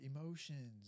emotions